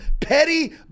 petty